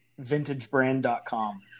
VintageBrand.com